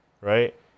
right